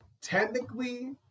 Technically